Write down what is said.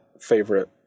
favorite